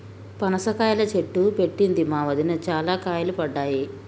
పనస కాయల చెట్టు పెట్టింది మా వదిన, చాల కాయలు పడ్డాయి